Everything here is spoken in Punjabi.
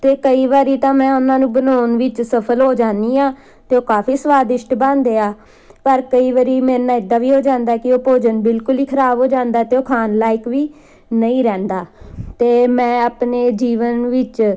ਅਤੇ ਕਈ ਵਾਰੀ ਤਾਂ ਮੈਂ ਉਹਨਾਂ ਨੂੰ ਬਣਾਉਣ ਵਿੱਚ ਸਫ਼ਲ ਹੋ ਜਾਂਦੀ ਹਾਂ ਅਤੇ ਉਹ ਕਾਫੀ ਸਵਾਦਿਸ਼ਟ ਬਣਦੇ ਆ ਪਰ ਕਈ ਵਾਰੀ ਮੇਰੇ ਨਾਲ ਇੱਦਾਂ ਵੀ ਹੋ ਜਾਂਦਾ ਹੈ ਕਿ ਉਹ ਭੋਜਨ ਬਿਲਕੁਲ ਹੀ ਖ਼ਰਾਬ ਹੋ ਜਾਂਦਾ ਅਤੇ ਉਹ ਖਾਣ ਲਾਇਕ ਵੀ ਨਹੀਂ ਰਹਿੰਦਾ ਅਤੇ ਮੈਂ ਆਪਣੇ ਜੀਵਨ ਵਿੱਚ